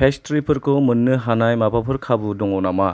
पेस्त्रिफोरखौ मोन्नो हानाय माबाफोर खाबु दङ नामा